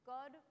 God